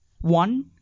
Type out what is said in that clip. One